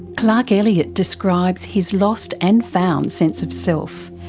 clark elliott describes his lost and found sense of self,